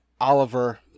Oliver